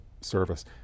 service